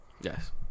Yes